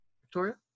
Victoria